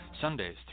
Sundays